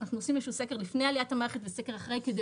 אנחנו עושים איזה שהוא סקר לפני עליית המערכת וסקר אחרי כדי